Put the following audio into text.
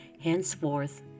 Henceforth